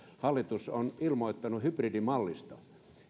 hallitus on ilmoittanut hybridimallista